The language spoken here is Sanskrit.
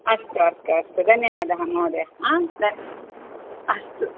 अस्तु अस्तु अस्तु धन्यवादः महोदय आं अस्तु